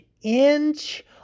inch